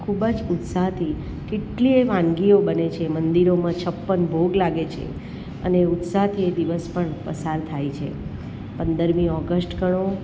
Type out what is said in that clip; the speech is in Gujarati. ખૂબ જ ઉત્સાહથી કેટલીયે વાનગીઓ બને છે મંદિરોમાં છપ્પનભોગ લાગે છે અને ઉત્સાહથી એ દિવસ પણ પસાર થાય છે પંદરમી ઓગસ્ટ ગણો